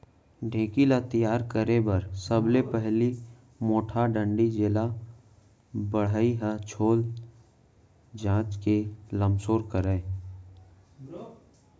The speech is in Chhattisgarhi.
ढेंकी ल तियार करे बर सबले पहिली मोटहा डांड़ी जेला बढ़ई ह छोल चांच के लमसोर करय